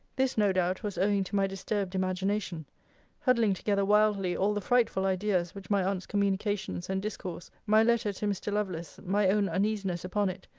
this, no doubt, was owing to my disturbed imagination huddling together wildly all the frightful idea which my aunt's communications and discourse, my letter to mr. lovelace, my own uneasiness upon it,